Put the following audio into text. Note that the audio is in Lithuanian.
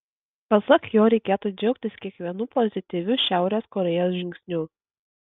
pasak jo reikėtų džiaugtis kiekvienu pozityviu šiaurės korėjos žingsniu